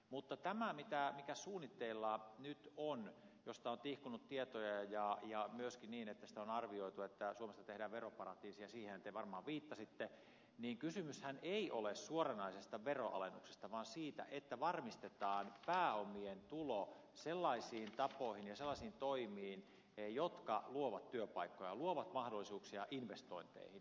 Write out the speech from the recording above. mutta tämän osalta mikä suunnitteilla nyt on mistä on tihkunut tietoja myöskin niin sitä on arvioitu että suomesta tehdään veroparatiisi ja siihenhän te varmaan viittasitte kysymyshän ei ole suoranaisesta veronalennuksesta vaan siitä että varmistetaan pääomien tulo sellaisiin tapoihin ja sellaisiin toimiin jotka luovat työpaikkoja luovat mahdollisuuksia investointeihin